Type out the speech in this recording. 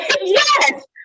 Yes